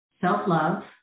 self-love